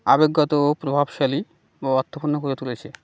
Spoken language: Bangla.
আবেগগত ও প্রভাবশালী বা অর্থপূর্ণ করে তুলেছে